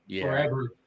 forever